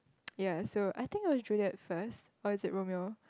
ya so I think it was Juliet first or is it Romeo